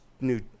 new